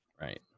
Right